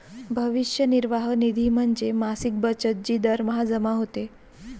भविष्य निर्वाह निधी म्हणजे मासिक बचत जी दरमहा जमा होते